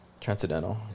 Transcendental